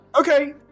Okay